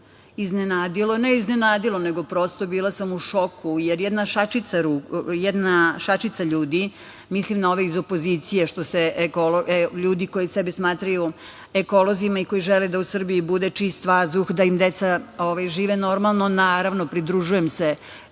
iznenadilo, ne iznenadilo, nego prosto bila sam u šoku, jer jedna šačica ljudi, mislim na ove iz opozicije, tj. ljudi koji sebe smatraju ekolozima i koji žele da u Srbiji bude čist vazduh, da im deca žive normalno, naravno pridružujem se